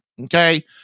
okay